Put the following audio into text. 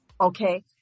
Okay